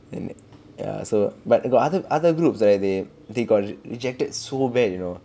ya so but got other other group right they they got rejected so bad you know